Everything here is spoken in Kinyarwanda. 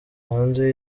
hanze